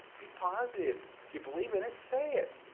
be positive if you believe in it, say it.